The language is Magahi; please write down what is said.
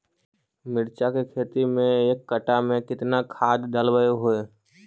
मिरचा के खेती मे एक कटा मे कितना खाद ढालबय हू?